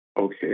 Okay